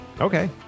Okay